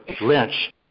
Lynch